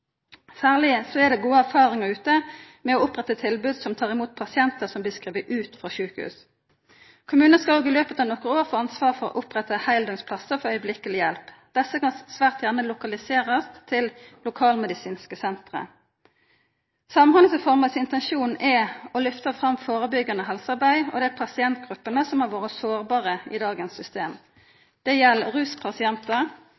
Særleg er det gode erfaringar ute med å oppretta tilbod som tek imot pasientar som blir skrivne ut frå sjukehus. Kommunane skal òg i løpet av nokre år få ansvar for å oppretta heildøgns plassar for fyrstehjelp. Desse kan svært gjerne lokaliserast til lokalmedisinske senter. Samhandlingsreforma sin intensjon er å lyfta fram førebyggjande helsearbeid og dei pasientgruppene som har vore sårbare i dagens